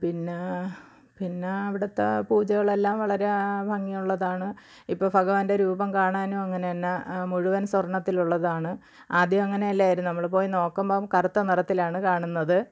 പിന്നെ പിന്നെ അവിടത്തെ പൂജകളെല്ലാം വളരെ ഭംഗിയുള്ളതാണ് ഇപ്പം ഭഗവാന്റെ രൂപം കാണാനും അങ്ങനെ തന്നെ മുഴുവൻ സ്വർണത്തിലുള്ളതാണ് ആദ്യം അങ്ങനെ അല്ലായിരുന്നു നമ്മൾ പോയി നോക്കുമ്പോൾ കറുത്ത നിറത്തിലാണ് കാണുന്നത്